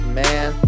man